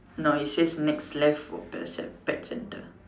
no it says next left for pets and pets center